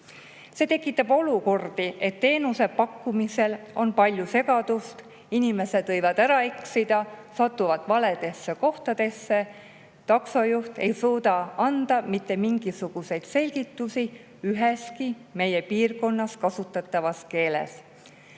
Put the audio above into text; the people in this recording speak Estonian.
See tekitab olukordi, et teenuse pakkumisel on palju segadust. Inimesed võivad ära eksida, satuvad valedesse kohtadesse. Taksojuht ei suuda anda mitte mingisuguseid selgitusi üheski meie piirkonnas kasutatavas keeles.2022.